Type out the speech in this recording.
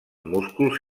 músculs